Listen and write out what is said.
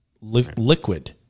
Liquid